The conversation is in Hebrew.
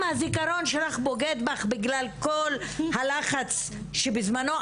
אם הזיכרון שלך בוגד בך בגלל כל הלחץ שבזמנו,